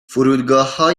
فرودگاهها